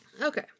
okay